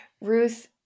Ruth